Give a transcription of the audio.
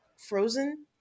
frozen